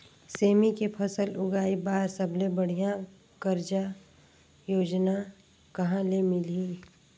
सेमी के फसल उगाई बार सबले बढ़िया कर्जा योजना कहा ले मिलही?